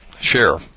Share